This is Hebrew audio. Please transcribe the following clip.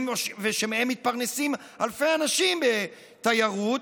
ושמהם מתפרנסים אלפי אנשים בתיירות,